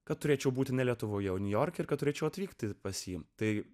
kad turėčiau būti ne lietuvoje o niujorke ir kad turėčiau atvykti pasiimti tai